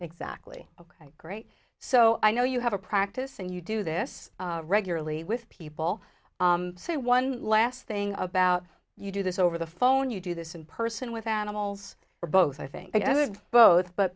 exactly ok great so i know you have a practice and you do this regularly with people say one last thing about you do this over the phone you do this in person with animals or both i think i would both but